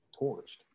torched